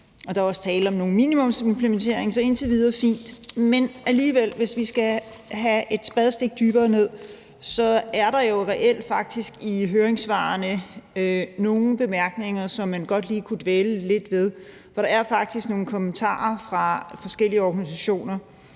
Der er også tale om en minimumsimplementering, så indtil videre er det fint. Men hvis vi skal gå et spadestik dybere, er der alligevel reelt i høringssvarene nogle bemærkninger, som man godt lige kunne dvæle lidt ved. For der er faktisk nogen kommentarer fra forskellige organisationer.